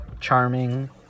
charming